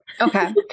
Okay